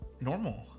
normal